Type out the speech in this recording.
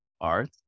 art